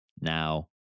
now